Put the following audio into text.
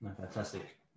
Fantastic